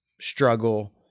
struggle